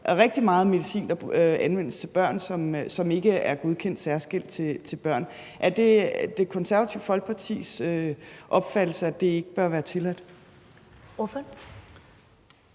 rigtig meget medicin, som anvendes til børn, og som ikke er godkendt særskilt til børn. Er det Det Konservative Folkepartis opfattelse, at det ikke bør være tilladt?